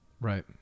right